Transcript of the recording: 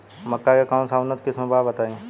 मक्का के कौन सा उन्नत किस्म बा बताई?